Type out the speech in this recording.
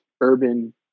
urban